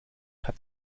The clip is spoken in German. hat